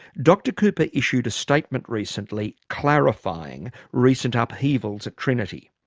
dr cooper issued a statement recently clarifying recent upheavals at trinity,